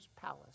palace